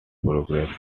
progress